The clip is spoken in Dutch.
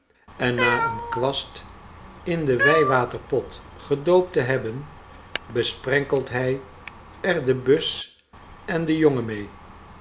en na een kwast in den wijwaterpot gedoopt te hebben besprenkelt mj er de bus en den jongen mee